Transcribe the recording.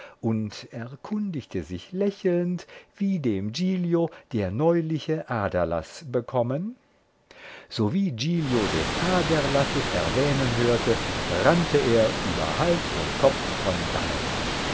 und erkundigte sich lächelnd wie dem giglio der neuliche aderlaß bekommen sowie giglio des aderlasses erwähnen hörte rannte er über hals und kopf von dannen